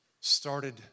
started